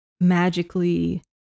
magically